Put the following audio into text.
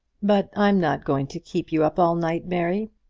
but i'm not going to keep you up all night, mary.